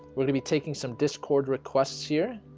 we're gonna be taking some discord requests here